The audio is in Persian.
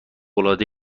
العاده